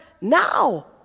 now